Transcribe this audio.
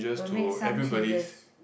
will make some changes